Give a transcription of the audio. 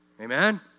Amen